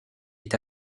est